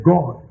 God